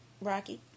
Rocky